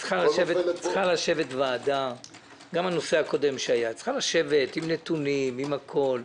גם בנושא הקודם שהיה צריכה לשבת ועדה עם נתונים ועם הכול,